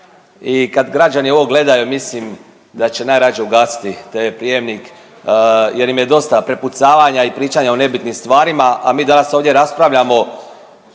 i kad građani ovo gledaju mislim da će najrađe ugasiti TV prijemnik jer im je dosta prepucavanja i pričanja o nebitnim stvarima, a mi danas ovdje raspravljamo o poreznim